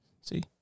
see